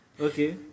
Okay